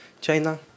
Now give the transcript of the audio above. China